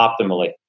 optimally